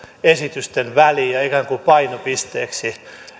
esitysten väliin ja ikään kuin painopisteeksi